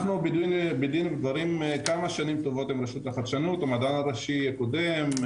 אנחנו בדין דברים כמה שנים טובות עם רשות לחדשנות והמדען הראשי הקודם,